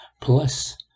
Plus